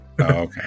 Okay